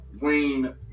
Wayne